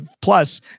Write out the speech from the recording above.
Plus